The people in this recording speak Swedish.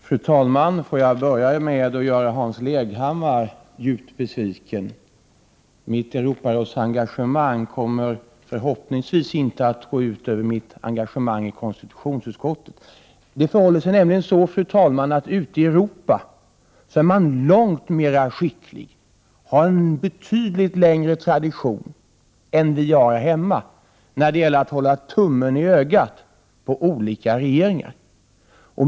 Fru talman! Låt mig börja att göra Hans Leghammar djupt besviken. Mitt Europarådsengagemang kommer förhoppningsvis inte att gå ut över mitt engagemang i konstitutionsutskottet. Det förhåller sig nämligen så, fru talman, att man ute i Europa är långt mera skicklig och har en betydligt längre tradition än vi har här hemma när det gäller att hålla tummen i ögat på olika regeringar.